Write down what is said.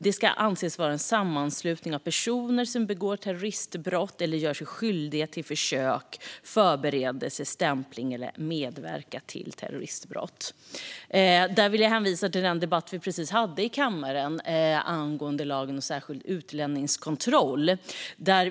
Den ska avse en sammanslutning av personer som begår terroristbrott eller gör sig skyldiga till försök, förberedelse, stämpling eller medverkan till terroristbrott. Här vill jag hänvisa till den debatt vi precis hade här i kammaren angående lagen om särskild utlänningskontroll.